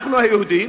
אנחנו, היהודים,